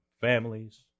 families